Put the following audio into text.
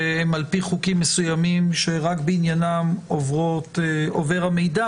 והן על-פי חוקים מסוימים שרק בעניינן עובר המידע,